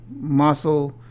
muscle